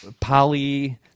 Poly –